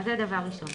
זה דבר ראשון.